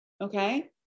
Okay